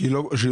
שהיא לא מוחזקת?